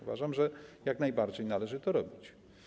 Uważam, że jak najbardziej należy to robić.